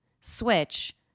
Switch